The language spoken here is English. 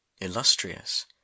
illustrious